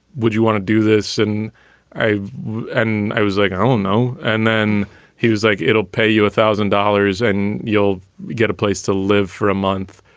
would you want to do this? and i and i was like, oh, no. and then he was like, it'll pay you a thousand dollars and you'll get a place to live for a month.